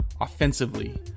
offensively